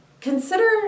Consider